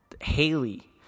Haley